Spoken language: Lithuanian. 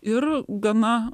ir gana